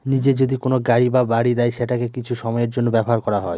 নিজে যদি কোনো গাড়ি বা বাড়ি দেয় সেটাকে কিছু সময়ের জন্য ব্যবহার করা হয়